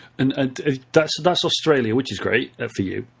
and ah that's that's australia, which is great for you.